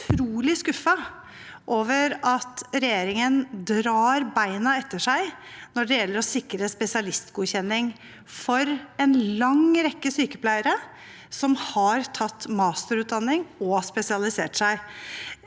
jeg er utrolig skuffet over at regjeringen drar beina etter seg når det gjelder å sikre spesialistgodkjenning for en lang rekke sykepleiere som har tatt masterutdanning og spesialisert seg.